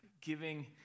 giving